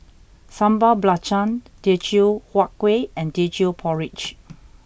Sambal Belacan Teochew Huat Kueh and Teochew Porridge